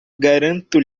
garanto